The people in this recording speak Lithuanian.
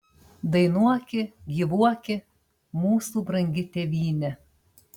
dainuoki gyvuoki mūsų brangi tėvyne